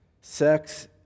Sex